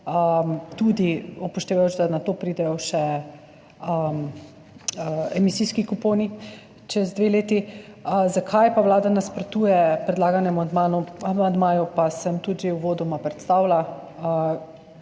tudi upoštevajoč, da nato pridejo še emisijski kuponi čez dve leti. Zakaj pa vlada nasprotuje predlaganemu amandmaju, pa sem tudi že uvodoma predstavila.